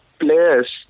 players